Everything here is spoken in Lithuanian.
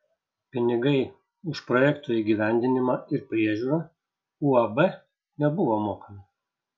pinigai už projekto įgyvendinimą ir priežiūrą uab nebuvo mokami